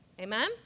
Amen